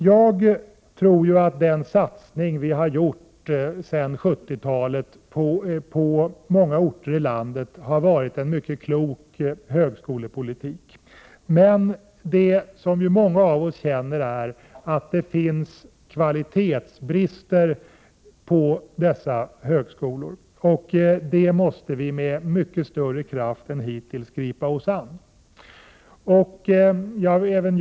Jag tror att den satsning som sedan 1970-talet har gjorts på många orter i landet har inneburit en mycket klok högskolepolitik. Men många av oss upplever att det finns kvalitetsbrister. Dessa måste vi med mycket större kraft än hittills gripa oss an.